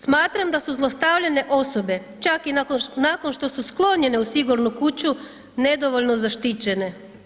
Smatram da su zlostavljane osobe čak i nakon što su sklonjene u sigurnu kuću nedovoljno zaštićene.